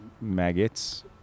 maggots